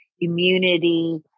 immunity